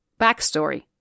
Backstory